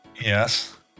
Yes